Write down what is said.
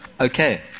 Okay